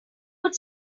have